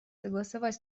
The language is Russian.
согласовать